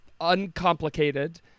uncomplicated